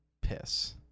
piss